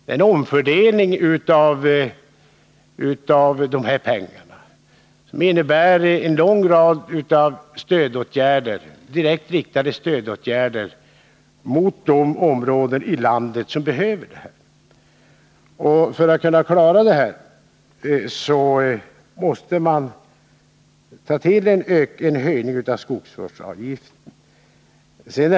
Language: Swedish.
Den omfördelning av de här pengarna som föreslås innebär en lång rad stödåtgärder, direkt riktade mot de områden i landet som behöver stöd. För att klara detta måste man vidta en höjning av skogsvårdsavgiften.